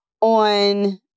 on